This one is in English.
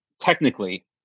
technically